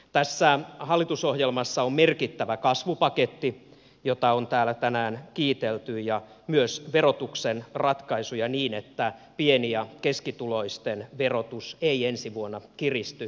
tässä hallitusohjelmassa on merkittävä kasvupaketti jota on täällä tänään kiitelty kuten myös verotuksen ratkaisuja niin että pieni ja keskituloisten verotus ei ensi vuonna kiristy